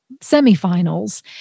semifinals